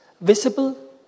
visible